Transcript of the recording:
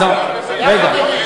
לא, רגע.